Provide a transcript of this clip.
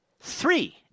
Three